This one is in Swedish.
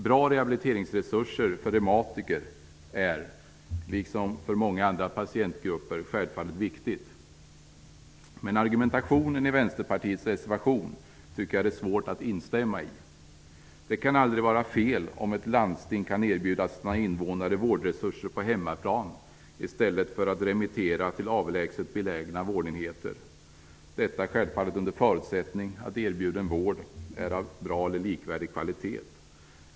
Bra rehabiliteringsresurser för reumatiker - liksom för många andra patientgrupper - är självfallet viktigt. Men jag tycker att det är svårt att instämma i argumentationen i Vänsterpartiets reservation. Det kan aldrig vara fel om ett landsting kan erbjuda sina invånare vårdresurser på hemmaplan i stället för att remittera patienter till avlägset belägna vårdenheter - detta självfallet under förutsättning att erbjuden vård är av bra eller likvärdig kvalitet.